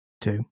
Two